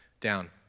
down